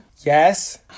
Yes